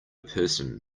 person